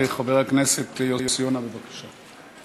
חבר הכנסת יוסי יונה, בבקשה.